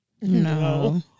No